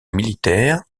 militaire